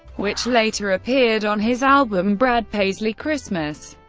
which later appeared on his album brad paisley christmas.